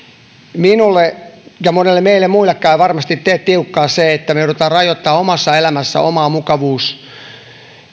minulle eikä meistä monille muillekaan varmasti tee tiukkaa se että me joudumme rajoittamaan omassa elämässä omaa mukavuusvyöhykettä